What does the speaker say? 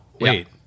Wait